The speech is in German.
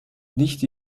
nicht